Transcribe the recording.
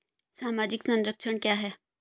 सामाजिक संरक्षण क्या है?